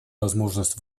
возможность